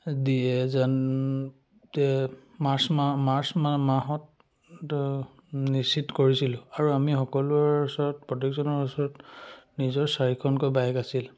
দিয়ে যেন মাৰ্চ মা মাৰ্চ মাহত নিশ্চিত কৰিছিলোঁ আৰু আমি সকলোৰে ওচৰত প্ৰত্যেকজনৰ ওচৰত নিজৰ চাৰিখনকৈ বাইক আছিল